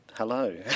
Hello